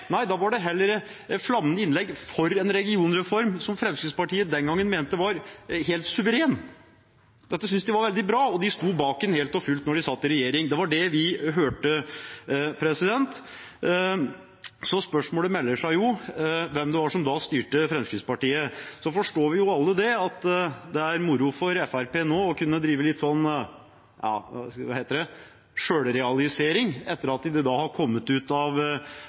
Nei, da var det heller flammende innlegg for en regionreform, som Fremskrittspartiet den gangen mente var helt suveren. De syntes det var veldig bra, og de sto helt og fullt bak den da de satt i regjering. Det var det vi hørte. Så spørsmålet om hvem det var som da styrte Fremskrittspartiet, melder seg jo. Vi forstår jo alle at det er moro for Fremskrittspartiet nå å kunne bedrive litt selvrealisering, etter at de har kommet ut av